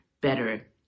better